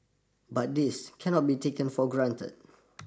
but this cannot be taken for granted